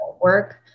work